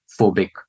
phobic